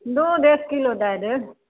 दूध एक किलो दए देब